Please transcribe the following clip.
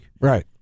right